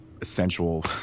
essential